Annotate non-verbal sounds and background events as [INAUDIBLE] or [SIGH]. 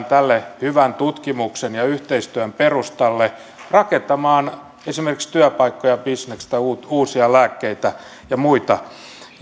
[UNINTELLIGIBLE] tälle hyvän tutkimuksen ja yhteistyön perustalle pystytään rakentamaan esimerkiksi työpaikkoja bisnestä uusia lääkkeitä ja muita